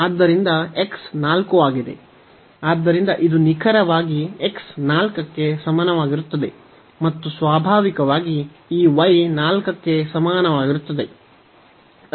ಆದ್ದರಿಂದ ಇದು ನಿಖರವಾಗಿ x 4 ಕ್ಕೆ ಸಮಾನವಾಗಿರುತ್ತದೆ ಮತ್ತು ಸ್ವಾಭಾವಿಕವಾಗಿ ಈ y 4 ಕ್ಕೆ ಸಮಾನವಾಗಿರುತ್ತದೆ